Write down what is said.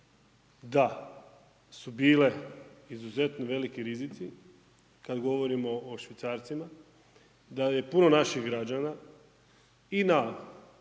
da su bile izuzetno veliki rizici kad govorimo o švicarcima, da je puno naših građana i na promjenu